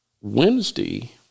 Wednesday